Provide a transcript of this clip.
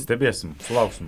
stebėsim sulauksim